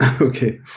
Okay